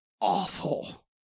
awful